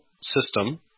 system